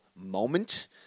moment